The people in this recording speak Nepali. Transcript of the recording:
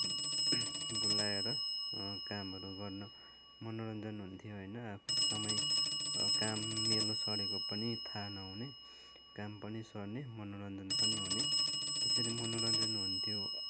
भुल्याएर कामहरू गर्न मनोरञ्जन हुन्थ्यो होइन अब समय काम मेलो सरेको पनि थाहा नहुने काम पनि सर्ने मोनरञ्जन पनि हुने त्यसरी मनोरञ्जन हुन्थ्यो